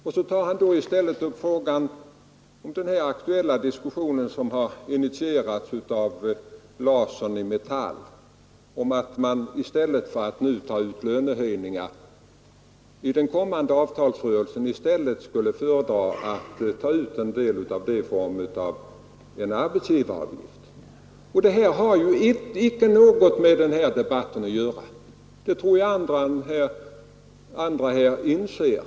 Och därför tog han i stället upp den diskussion som har initierats av Allan Larsson i Metall, om att man i den kommande avtalsrörelsen skulle avstå från att ta ut en del av lönehöjningarna och i stället lägga den delen på en höjd arbetsgivaravgift. Men den saken har ju ingenting med denna debatt att göra. Det tror jag att kammarens ledamöter inser.